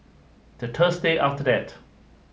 the thursday after that